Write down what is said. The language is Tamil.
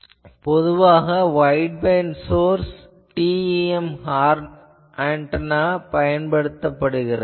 இங்கு பொதுவாக வைட்பேண்ட் சோர்ஸ் TEM ஹார்ன் பயன்படுத்தப்படுகிறது